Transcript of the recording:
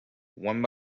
one